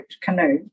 canoe